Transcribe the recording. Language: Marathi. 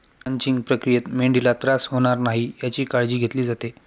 क्रंचिंग प्रक्रियेत मेंढीला त्रास होणार नाही याची काळजी घेतली जाते